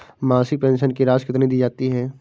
मासिक पेंशन की राशि कितनी दी जाती है?